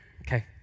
okay